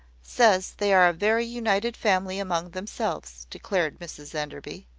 says they are a very united family among themselves, declared mrs enderby.